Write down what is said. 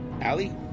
Allie